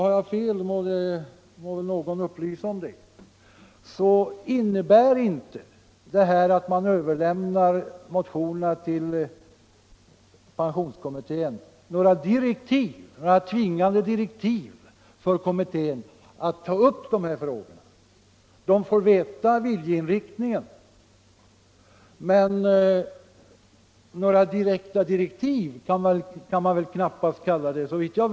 Att överlämna motionerna till pensionskommittén innebär inte några direktiv för kommittén. Har jag fel på den punkten må någon upplysa mig om det. Det är bara en viljeyttring från utskottets sida.